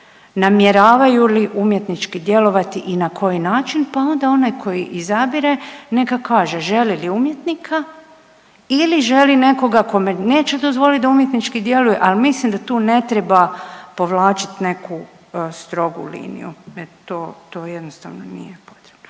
namjeravaju li umjetnički djelovati i na koji način pa onda onaj koji izabire neka kaže želi li umjetnika ili želi nekoga kome neće dozvoliti da umjetnički djeluje, ali mislim da tu ne treba povlačiti neku strogu liniju jer to, to jednostavno nije potrebno.